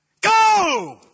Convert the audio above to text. Go